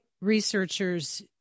researchers